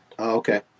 Okay